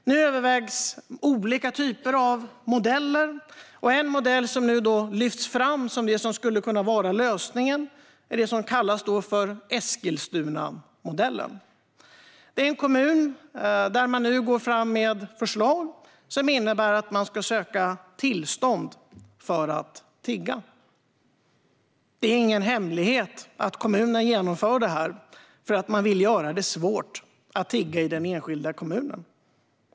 Nu övervägs olika typer av modeller, och en modell som lyfts fram som en möjlig lösning är den så kallade Eskilstunamodellen. Kommunen går nu fram med förslag som innebär att man ska söka tillstånd för att tigga. Det är ingen hemlighet att kommunen genomför detta för att göra det svårt att tigga i den enskilda kommunen.